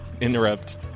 interrupt